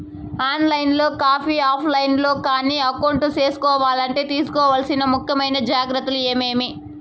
On line లో కానీ offline లో కానీ అకౌంట్ సేసుకోవాలంటే తీసుకోవాల్సిన ముఖ్యమైన జాగ్రత్తలు ఏమేమి?